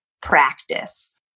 practice